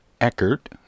Eckert